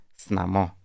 snamo